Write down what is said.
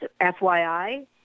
FYI